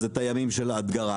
אז את הימים של ההדגרה,